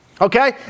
Okay